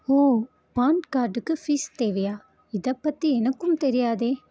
ஓ பான்கார்டுக்கு ஃபீஸ் தேவையா இதைப் பற்றி எனக்கும் தெரியாதே